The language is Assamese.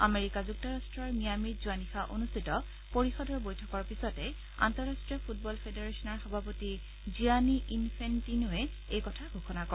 আমেৰিকা যুক্তৰাট্টৰ মিয়ামিত যোৱা নিশা অনুষ্ঠিত পৰিষদৰ বৈঠকৰ পিছতে আন্তঃৰাট্টীয় ফুটবল ফেডাৰেশ্বনৰ সভাপতি জিয়ানি ইনফেন্টিনোৱে এই কথা ঘোষণা কৰে